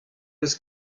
eus